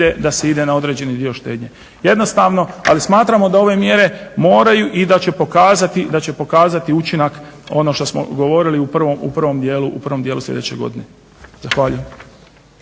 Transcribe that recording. da se ide na određeni dio štednje. Jednostavno, ali smatramo da ove mjere moraju i da će pokazati, da će pokazati učinak ono što smo govorili u prvom dijelu sljedeće godine. Zahvaljujem.